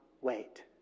wait